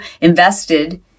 invested